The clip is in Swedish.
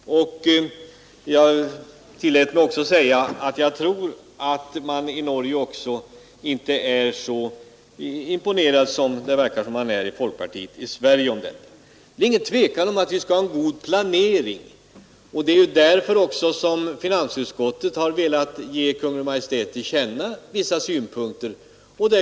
Jag tillät mig också säga, att jag tror att man inte heller i Norge är så imponerad som man verkar vara i folkpartiet i Sverige. Det är inget tvivel om att vi skall ha en god planering, och det är också därför som finansutskottet velat ge Kungl. Maj:t till känna vissa synpunkter.